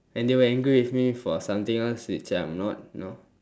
and they were angry with me for something else which I'm not you know